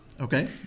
Okay